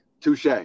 touche